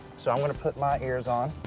so i'm gonna put my ears on.